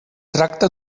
tracta